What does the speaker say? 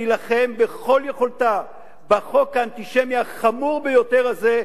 להילחם בכל היכולת בחוק האנטישמי החמור ביותר הזה,